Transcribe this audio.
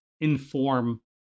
inform